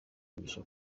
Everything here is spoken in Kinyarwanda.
umugisha